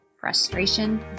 frustration